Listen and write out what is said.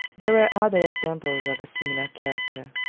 there were other examples of a similar character.